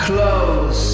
Close